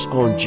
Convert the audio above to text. on